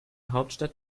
hauptstadt